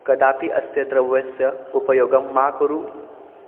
कदापि अस्य द्रव्यस्य उपयोगं मा कुरु